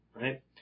right